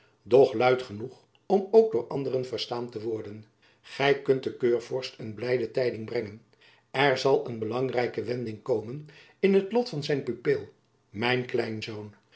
doch luid genoeg om ook door anderen verstaan te worden gy kunt den keurvorst een blijde tijding brengen er zal een belangrijke wending komen in het lot van zijn pupil mijn